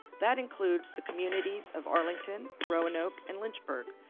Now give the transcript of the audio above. that includes the communities of arlington, roanoke, and lynchburg,